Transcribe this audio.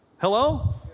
Hello